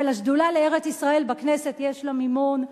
אבל השדולה לארץ-ישראל בכנסת יש לה מימון.